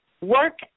work